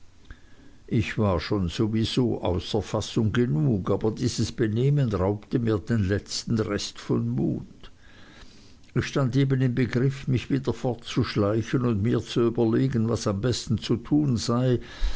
ich war schon sowieso außer fassung genug aber dieses benehmen raubte mir den letzten rest von mut ich stand eben im begriff mich wieder fortzuschleichen und mir zu überlegen was am besten zu tun sei